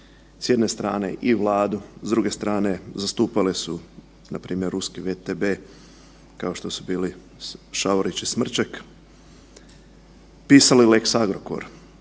s jedne strane i Vladu, s druge strane zastupale su npr. ruski VTB kao što su bili Šavorić i Smrček. Pisalo je lex Agrokor,